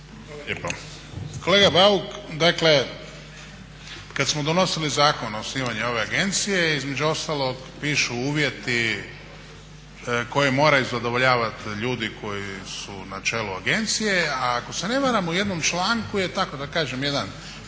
Kolega Bauk, dakle kad smo donosili zakon o osnivanju ove agencije između ostalog pišu uvjeti koje moraju zadovoljavati ljudi koji su na čelu agencije, a ako se ne varam u jednom članku je tako da kažem jedan